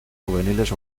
juveniles